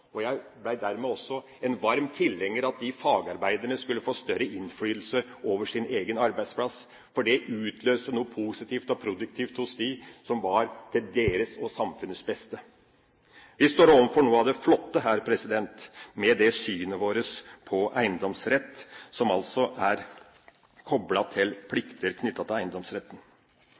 Jeg ble dermed også en varm tilhenger av at fagarbeiderne skulle få større innflytelse over sin egen arbeidsplass, for det utløste noe positivt og produktivt hos dem, som var til deres og samfunnets beste. Vi står overfor noe av det flotte her med det synet vårt på eiendomsrett, som altså er koblet til plikter knyttet til eiendomsretten.